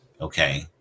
Okay